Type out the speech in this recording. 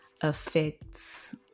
affects